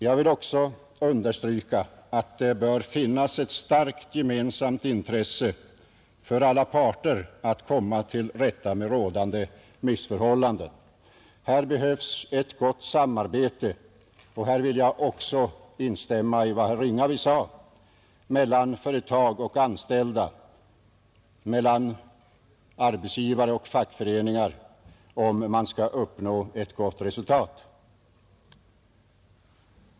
Jag vill också understryka att det bör finnas ett starkt gemensamt intresse hos alla parter att komma till rätta med rådande missförhållanden, Här behövs ett gott samarbete — och även i detta sammanhang vill jag instämma i vad herr Ringaby sade — mellan företag och anställda, mellan arbetsgivare och fackföreningar för att man skall uppnå ett bra resultat.